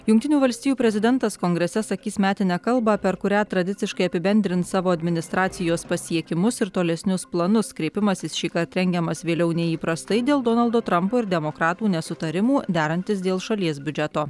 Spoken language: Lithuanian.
jungtinių valstijų prezidentas kongrese sakys metinę kalbą per kurią tradiciškai apibendrins savo administracijos pasiekimus ir tolesnius planus kreipimasis šįkart rengiamas vėliau nei įprastai dėl donaldo trampo ir demokratų nesutarimų derantis dėl šalies biudžeto